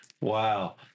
Wow